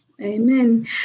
Amen